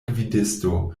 gvidisto